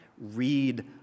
Read